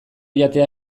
jatea